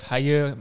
Higher